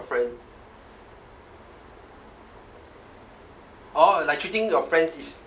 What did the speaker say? friend orh like treating your friend is